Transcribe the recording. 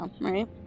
right